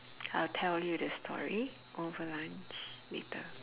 I'll tell you the story over lunch later